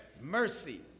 mercy